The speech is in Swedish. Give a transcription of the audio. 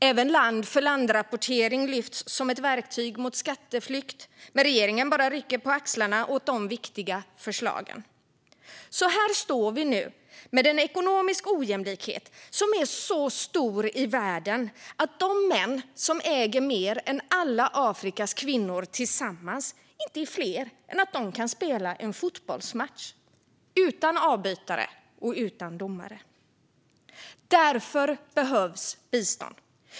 Även land-för-land-rapportering lyfts upp som ett verktyg mot skatteflykt, men regeringen bara rycker på axlarna åt de viktiga förslagen. Här står vi nu med en ekonomisk ojämlikhet som är så stor i världen att de män som äger mer än alla Afrikas kvinnor tillsammans inte är fler än att de kan spela en fotbollsmatch, utan avbytare och utan domare. Därför behövs bistånd.